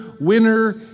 winner